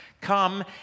come